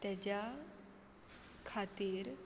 ताज्या खातीर